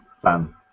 fan